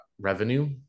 revenue